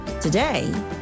Today